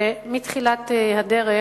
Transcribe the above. שמתחילת הדרך,